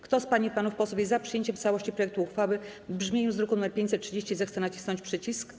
Kto z pań i panów posłów jest za przyjęciem w całości projektu uchwały w brzmieniu z druku nr 530, zechce nacisnąć przycisk.